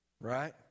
Right